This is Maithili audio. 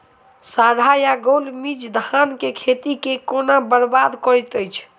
साढ़ा या गौल मीज धान केँ खेती कऽ केना बरबाद करैत अछि?